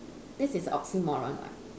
this is oxymoron [what]